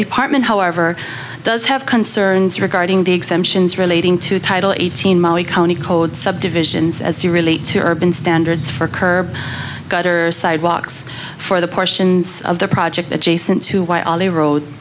department however does have concerns regarding the exemptions relating to title eighteen mali county code subdivisions as they relate to urban standards for curb gutter sidewalks for the portions of the project adjacent to why all the road